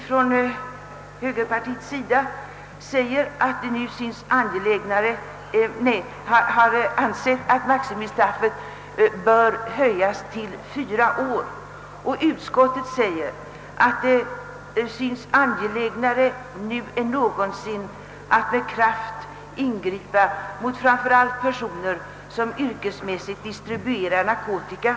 Från högerpartiets sida har vi ansett att maximistraffet bör höjas till fyra år. Utskottet säger att »det nu synes angelägnare än någonsin att med kraft ingripa mot framför allt personer, som yrkesmässigt distribuerar narkotika».